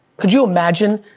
could you imagine?